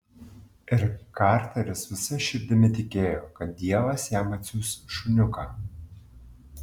ir karteris visa širdimi tikėjo kad dievas jam atsiųs šuniuką